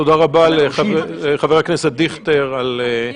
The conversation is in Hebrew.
תודה רבה לחבר הכנסת דיכטר על כך.